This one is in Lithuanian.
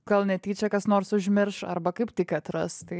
gal netyčia kas nors užmirš arba kaip tik atras tai